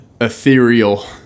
ethereal